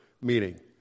meaning